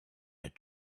had